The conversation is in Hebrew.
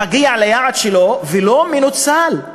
מגיע ליעד שלו ולא מנוצל.